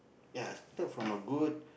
ya start from a good